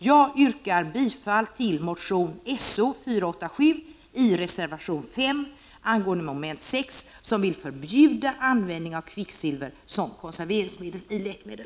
Jag yrkar bifall till reservation 5, som vill förbjuda användning av kvicksliver som konserveringsmedel i läkemedel.